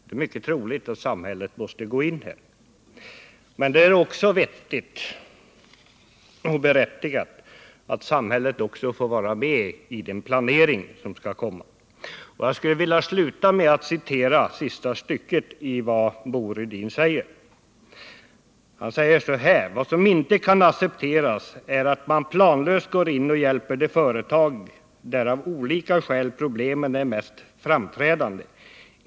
Det är mycket troligt att samhället måste gå in och hjälpa till. Men det är då vettigt och berättigat att samhället också får vara med i den planering som skall komma. Jag vill avsluta med att citera sista stycket i Bo Rydins artikel: ”Vad som inte kan accepteras är att man planlöst går in och hjälper de företag där av olika skäl problemen är mest framträdande.